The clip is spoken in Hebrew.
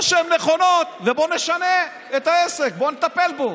או שהן נכונות ובוא נשנה את העסק, בוא נטפל בו.